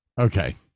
Okay